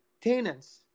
tenants